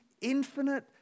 infinite